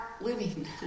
living